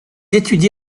étudie